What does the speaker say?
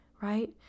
Right